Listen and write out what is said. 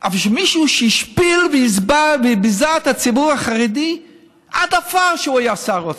אבל מישהו שהשפיל וביזה את הציבור החרדי עד עפר כשהוא היה שר אוצר,